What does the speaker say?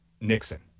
Nixon